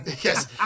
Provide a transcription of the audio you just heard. Yes